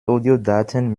audiodaten